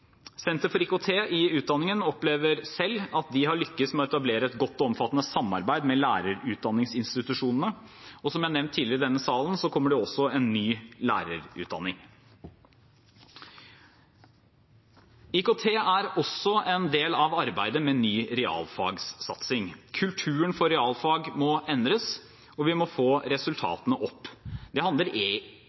Senter for IKT i utdanningen opplever selv at de har lyktes med å etablere et godt og omfattende samarbeid med lærerutdanningsinstitusjonene. Som jeg har nevnt tidligere i denne salen, kommer det også en ny lærerutdanning. IKT er også en del av arbeidet med ny realfagssatsing. Kulturen for realfag må endres, og vi må få resultatene opp. Det handler